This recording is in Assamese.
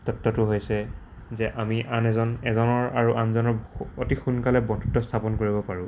তত্বটো হৈছে যে আমি আন এজন এজনৰ আৰু আনজনৰ অতি সোনকালে বন্ধুত্ব স্থাপন কৰিব পাৰোঁ